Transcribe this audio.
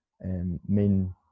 main